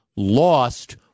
lost